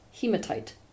hematite